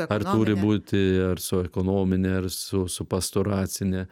ar turi būti ar su ekonomine ar su su pastoracine